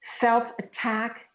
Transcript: self-attack